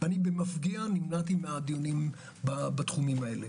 ואני במפגיע נמנעתי מדיונים בתחומים האלה